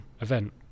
event